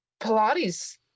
Pilates